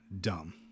dumb